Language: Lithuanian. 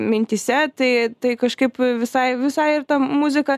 mintyse tai tai kažkaip visai visai ir ta muzika